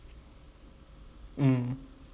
mm